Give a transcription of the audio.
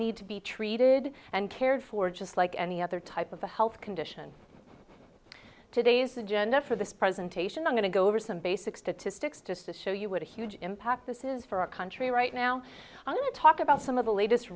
need to be treated and cared for just like any other type of a health condition today's agenda for this presentation i'm going to go over some basic statistics to sis show you what a huge impact this is for our country right now on our talk about some of the latest